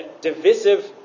divisive